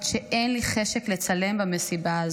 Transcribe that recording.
שאין לי חשק לצלם במסיבה הזאת,